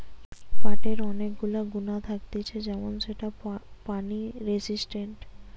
পাটের অনেক গুলা গুণা থাকতিছে যেমন সেটা পানি রেসিস্টেন্ট